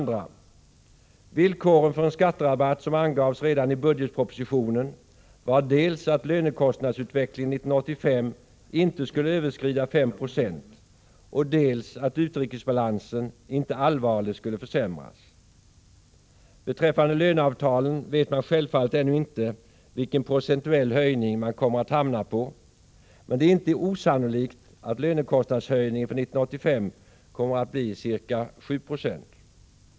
De villkor för en skatterabatt som angavs redan i budgetpropositionen var dels att lönekostnadsutvecklingen 1985 inte skulle överskrida 5 96, dels att utrikesbalansen inte allvarligt skulle försämras. Beträffande löneavtalen vet man självfallet ännu inte vilken procentuell höjning man kommer att hamna på, men det är inte osannolikt att lönekostnadsökningen för 1985 kommer att bli ca 7 90.